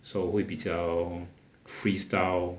so 会比较 freestyle